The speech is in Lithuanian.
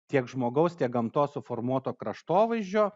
tiek žmogaus tiek gamtos suformuoto kraštovaizdžio